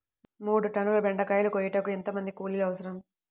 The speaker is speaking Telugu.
మూడు టన్నుల బెండకాయలు కోయుటకు ఎంత మంది కూలీలు అవసరం?